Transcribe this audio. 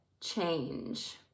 change